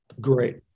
Great